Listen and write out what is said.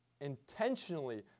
intentionally